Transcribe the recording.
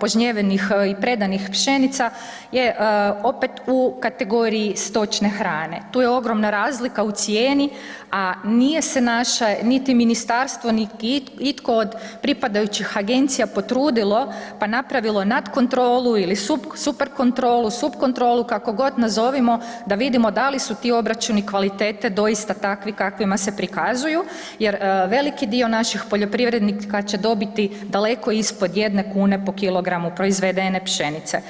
požnjevenih i predanih pšenica je opet u kategoriji stočne hrane, tu je ogromna razlika u cijeni, a nije se naše niti Ministarstvo, niti itko od pripadajućih Agencija potrudilo pa napravilo nad kontrolu ili super kontrolu, subkontrolu, kako god nazovimo, da vidimo da li su ti obračuni kvalitete doista takvi kakvima se prikazuju, jer veliki dio naših poljoprivrednika će dobiti daleko ispod jedne kune po kilogramu proizvedene pšenice.